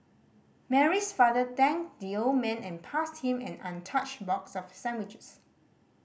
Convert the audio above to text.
Mary's father thanked the old man and passed him an untouched box of sandwiches